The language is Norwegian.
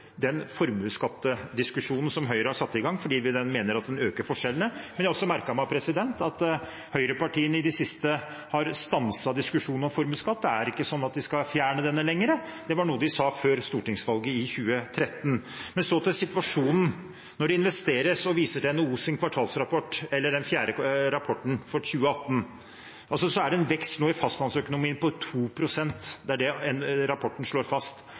den øker forskjellene. Men jeg har også merket meg at høyrepartiene i det siste har stanset diskusjonen om formuesskatt. Det er ikke lenger slik at de skal fjerne den, det var noe de sa før stortingsvalget i 2013. Så til situasjonen. NHOs kvartalsrapport, den fjerde rapporten for 2018, viser en vekst i fastlandsøkonomien på 2 pst. Det er bekymringsfullt lavt i en